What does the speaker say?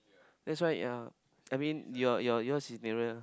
that's why ya I mean your your your's is nearer lah